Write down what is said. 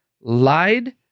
lied